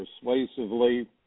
persuasively